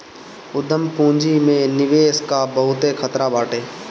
उद्यम पूंजी में निवेश कअ बहुते खतरा बाटे